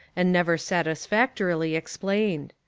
and never satisfactorily explained.